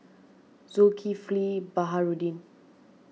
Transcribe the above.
Zulkifli Baharudin